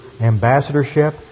ambassadorship